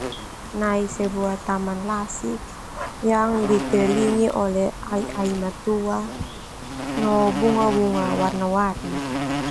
Nai sebuah taman lasik yang dikelilingi oleh no ai-ai matua no bunga- bunga warna warni.